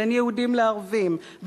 בין יהודים לערבים,